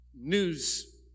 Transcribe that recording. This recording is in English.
news